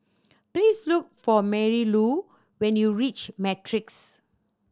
please look for Marylou when you reach Matrix